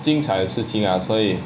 精彩的事情啊所以:jingng cai de shi qing a suo yi